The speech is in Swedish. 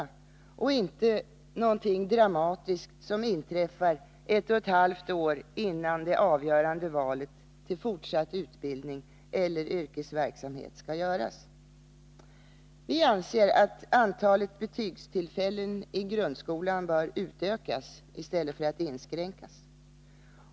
Betygsgivningen skall inte vara något dramatiskt som inträffar ett och ett halvt år innan det avgörande valet till fortsatt utbildning eller yrkesverksamhet skall göras. Vi anser att antalet betygstillfällen i grundskolan bör utökas i stället för att inskränkas.